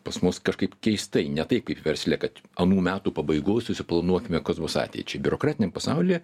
pas mus kažkaip keistai ne taip kaip versle kad anų metų pabaigoj susiplanuokime kas bus ateičiai biurokratiniam pasaulyje